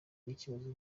n’ikibazo